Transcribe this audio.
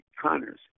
Connors